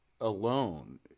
alone